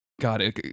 god